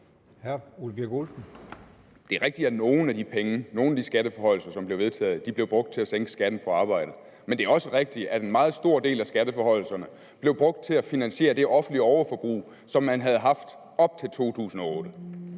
Det er rigtigt, at nogle af de skatteforhøjelser, der blev vedtaget, blev brugt til at sænke skatten på arbejde, men det er også rigtigt, at en meget stor del af skatteforhøjelserne blev brugt til at finansiere det offentlige overforbrug, som man havde haft op til 2008.